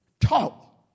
talk